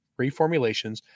reformulations